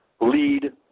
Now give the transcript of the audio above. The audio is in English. Lead